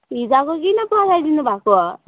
हिजोको किन पठाइदिनु भएको